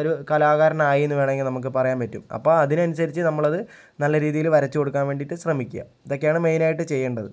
ഒരു കലാകാരൻ ആയെന്നു വേണമെങ്കിൽ നമുക്ക് പറയാൻ പറ്റും അപ്പോൾ അതിനനുസരിച്ച് നമ്മളത് നല്ല രീതിയില് വരച്ച് കൊടുക്കാൻ വേണ്ടിയിട്ട് ശ്രമിക്കുക ഇതൊക്കെയാണ് മെയ്നായിട്ട് ചെയ്യേണ്ടത്